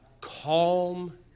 Calm